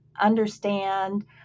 understand